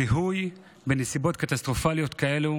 זיהוי בנסיבות קטסטרופליות כאלו